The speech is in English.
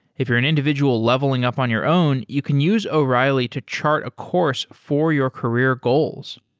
if you're an individual leveling up on your own, you can use o'reilly to chart a course for your career goals.